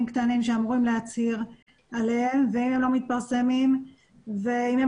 קטנים שאמורים להצהיר עליהם והם לא מתפרסמים ואם הם